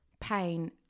pain